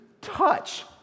touch